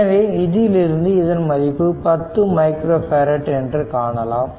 எனவே இதிலிருந்து இதன் மதிப்பு 10 மைக்ரோ பேரட் என்று காணலாம்